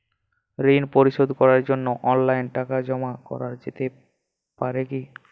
ঋন পরিশোধ করার জন্য অনলাইন টাকা জমা করা যেতে পারে কি?